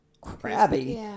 crabby